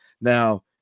Now